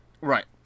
Right